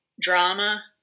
drama